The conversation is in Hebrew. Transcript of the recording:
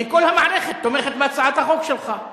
כי כל המערכת תומכת בהצעת החוק שלך.